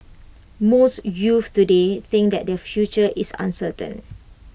most youths today think that their future is uncertain